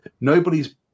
Nobody's